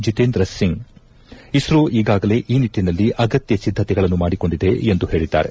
ಜಿತೇಂದ್ರ ಸಿಂಗ್ ಇಸ್ತೋ ಈಗಾಗಲೇ ಈ ನಿಟ್ಟನಲ್ಲಿ ಅಗತ್ಯ ಸಿದ್ದತೆಗಳನ್ನು ಮಾಡಿಕೊಂಡಿದೆ ಎಂದು ಹೇಳಿದ್ದಾರೆ